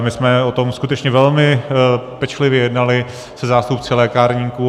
My jsme o tom skutečně velmi pečlivě jednali se zástupci lékárníků.